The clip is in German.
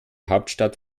hauptstadt